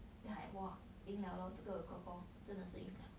then I !wah! 赢 liao lor 这个 kor kor 真的是赢 liao